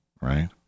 right